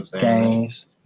games